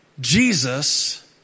Jesus